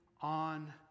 on